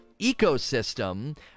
ecosystem